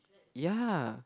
ya